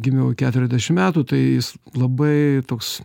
gimiau keturiasdešimt metų tai jis labai toks